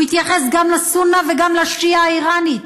הוא התייחס גם לסונה וגם לשיעה האיראני,